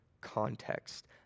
context